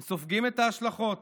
הם סופגים את ההשלכות